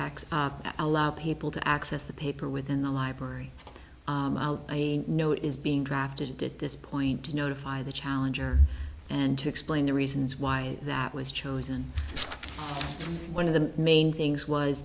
x allow people to access the paper within the ibrary i know is being drafted at this point to notify the challenger and to explain the reasons why that was chosen one of the main things was